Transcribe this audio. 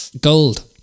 Gold